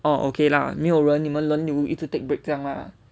orh okay lah 没有人你们轮流一直 take breakdown 这样啦